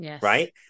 right